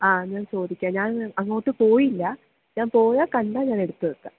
ആ ഞാൻ ചോദിക്കാം ഞാൻ അങ്ങോട്ട് പോയില്ല ഞാൻ പോയാൽ കണ്ടാൽ ഞാൻ എടുത്തു വെക്കാം